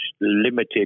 limited